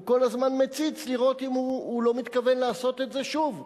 הוא כל הזמן מציץ אם הוא לא מתכוון לעשות את זה שוב.